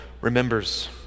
remembers